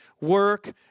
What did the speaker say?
work